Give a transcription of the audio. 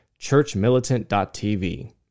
churchmilitant.tv